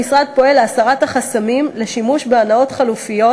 המשרד פועל להסרת החסמים לשימוש בהנעות חלופיות,